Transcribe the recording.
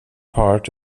part